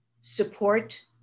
support